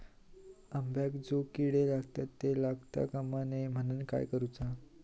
अंब्यांका जो किडे लागतत ते लागता कमा नये म्हनाण काय करूचा?